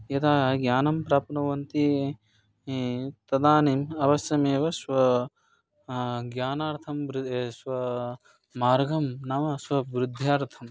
यदा ज्ञानं प्राप्नुवन्ति तदानीम् अवश्यमेव स्व ज्ञानार्थं बृहद् स्वमार्गं नाम स्ववृद्ध्यर्थं